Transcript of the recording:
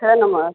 छः नम्बर